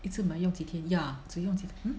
一次买用几天 ya 只用几天